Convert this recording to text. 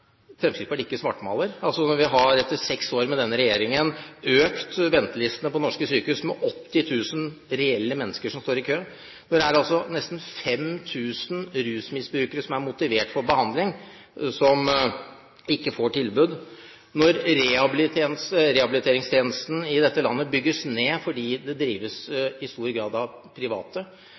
Fremskrittspartiet ikke svartmaler. Når ventelistene på norske sykehus etter seks år med denne regjeringen har økt med 80 000 reelle mennesker som står i kø, når nesten 5 000 rusmisbrukere, som er motiverte for behandling, ikke får tilbud, når rehabiliteringstjenesten i dette landet bygges ned, fordi det i stor grad drives av private,